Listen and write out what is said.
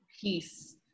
peace